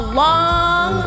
long